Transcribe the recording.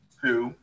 two